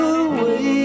away